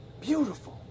beautiful